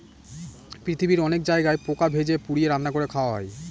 পৃথিবীর অনেক জায়গায় পোকা ভেজে, পুড়িয়ে, রান্না করে খাওয়া হয়